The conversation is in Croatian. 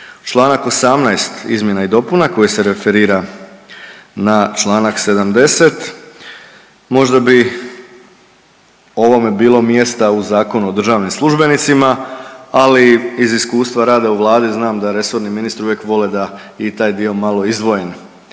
Članak 18. izmjena i dopuna koji se referira na članak 70. Možda bi ovome bilo mjesta u Zakonu o državnim službenicima, ali iz iskustva rada u Vladi znam da resorni ministri uvijek vole da je i taj dio malo izdvojen